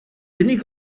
unig